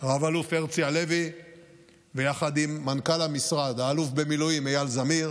רב-אלוף הרצי הלוי ויחד עם מנכ"ל המשרד האלוף במילואים אייל זמיר